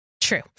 True